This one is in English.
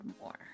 more